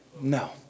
No